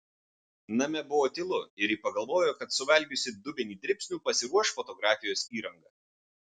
name buvo tylu ir ji pagalvojo kad suvalgiusi dubenį dribsnių pasiruoš fotografijos įrangą